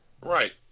right